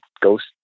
ghost